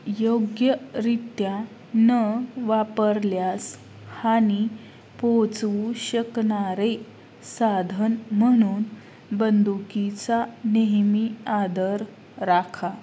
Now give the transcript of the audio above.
योग्यरित्या न वापरल्यास हानी पोहोचवू शकणारे साधन म्हणून बंदुकीचा नेहमी आदर राखा